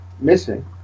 missing